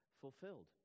fulfilled